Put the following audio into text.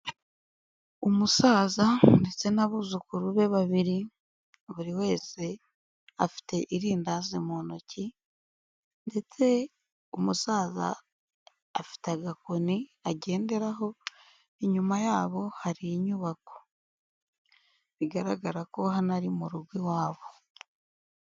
Umusaza ndetse n'abuzukuru be babiri, buri wese afite irindazi mu ntoki ndetse umusaza afite agakoni agenderaho, inyuma yabo hari inyubako, bigaragara ko hano ari mu rugo iwabo.